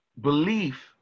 belief